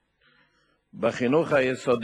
מתוך כלל מגישי